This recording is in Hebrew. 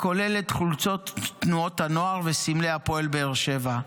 הכולל את חולצות תנועת הנוער וסמלי הפועל באר שבע.